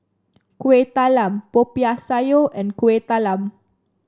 Kuih Talam Popiah Sayur and Kuih Talam